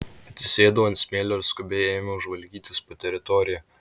atsisėdau ant smėlio ir skubiai ėmiau žvalgytis po teritoriją